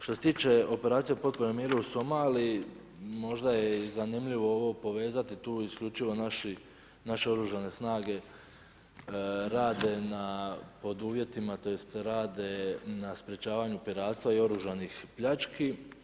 Što se tiče operacije … u Somaliji, možda je zanimljivo ovo povezati, tu isključivo naše oružane snage rade na pod uvjetima, tj. rade na sprječavanju piratstva i oružanih pljački.